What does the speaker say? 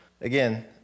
again